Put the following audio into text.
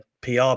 PR